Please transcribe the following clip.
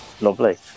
Lovely